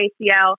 ACL